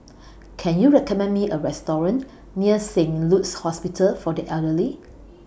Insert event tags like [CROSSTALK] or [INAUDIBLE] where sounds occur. [NOISE] Can YOU recommend Me A Restaurant near Saint Luke's Hospital For The Elderly